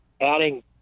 adding